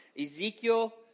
Ezekiel